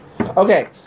Okay